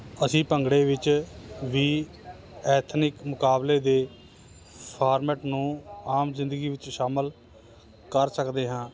ਅਸੀਂ ਭੰਗੜੇ ਵਿੱਚ ਵੀ ਐਥਨਿਕ ਮੁਕਾਬਲੇ ਦੇ ਫਾਰਮੈਟ ਨੂੰ ਆਮ ਜ਼ਿੰਦਗੀ ਵਿੱਚ ਸ਼ਾਮਿਲ ਕਰ ਸਕਦੇ ਹਾਂ